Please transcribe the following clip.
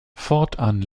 fortan